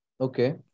Okay